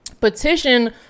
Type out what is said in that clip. Petition